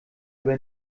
über